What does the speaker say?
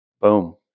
Boom